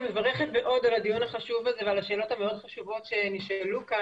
אני מברכת מאוד על הדיון החשוב הזה ועל השאלות החשובות שנשאלו כאן